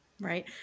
Right